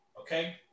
Okay